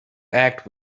act